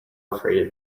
afraid